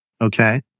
Okay